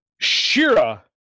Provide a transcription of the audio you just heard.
Shira